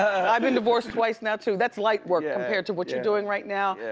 i've been divorced twice now too, that's light work compared to what you're doing right now.